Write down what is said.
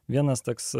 vienas toks